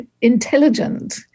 intelligent